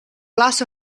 glass